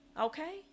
okay